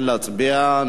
כן, להצביע.